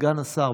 סגן השר,